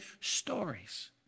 stories